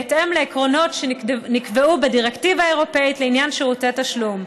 בהתאם לעקרונות שנקבעו בדירקטיבה האירופית לעניין שירותי תשלום.